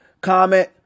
comment